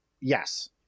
Yes